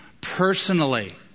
Personally